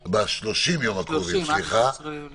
מבחינתי, השב"ס הוא הגוף שצריך להוביל את זה.